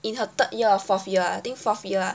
in her third year or fourth year ah I think fourth year ah